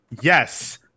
Yes